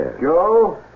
Joe